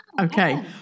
Okay